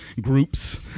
groups